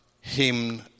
hymn